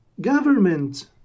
government